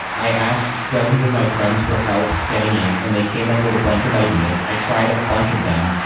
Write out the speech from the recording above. i asked dozens of my friends for help getting in, and they came up with a bunch of ideas. i tried a bunch of them.